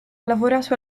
lavorato